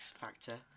factor